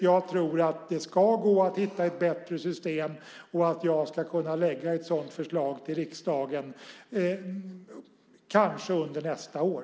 Jag tror att det ska gå att hitta ett bättre system och att jag ska kunna lägga fram ett sådant förslag till riksdagen, kanske under nästa år.